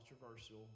controversial